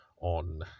on